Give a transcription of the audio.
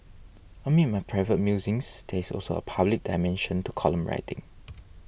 amid my private musings there is also a public dimension to column writing